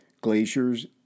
glaciers